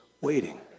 waiting